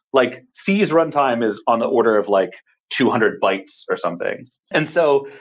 like c's runtime is on the order of like two hundred bytes or something. and so,